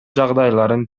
жагдайларын